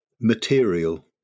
material